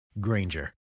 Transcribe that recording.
Granger